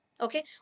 okay